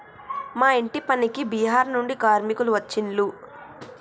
మా ఇంటి పనికి బీహార్ నుండి కార్మికులు వచ్చిన్లు